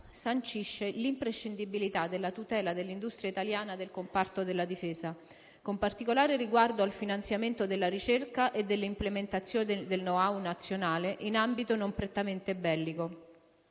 sancisce l'imprescindibilità della tutela dell'industria italiana del comparto della Difesa, con particolare riguardo al finanziamento della ricerca e dell'implementazione del *know how* nazionale in ambito non prettamente bellico